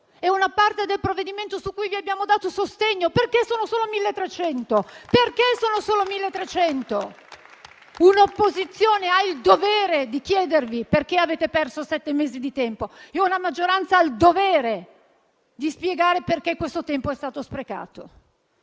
di una parte del provvedimento su cui vi abbiamo dato sostegno. Perché sono solo 1.300? Un'opposizione ha il dovere di chiedervi perché avete perso sette mesi di tempo e una maggioranza ha il dovere di spiegare perché questo tempo è stato sprecato.